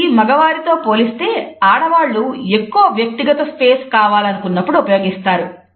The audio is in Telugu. ఇది మగవారితో పోలిస్తే ఆడవాళ్ళు ఎక్కువ వ్యక్తిగత స్పేస్ కావాలనుకున్నప్పుడు ఉపయోగిస్తారు